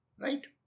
Right